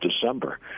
December